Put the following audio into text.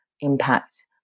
impact